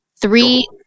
three